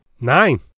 Nine